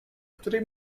której